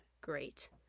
great